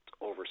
over